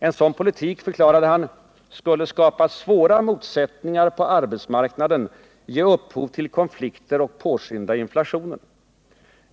En sådan politik, förklarade han, ”skulle skapa svåra motsättningar på arbetsmarknaden, ge upphov till konflikter och påskynda inflationen”.